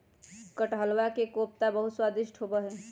कटहलवा के कोफ्ता बहुत स्वादिष्ट होबा हई